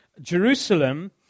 Jerusalem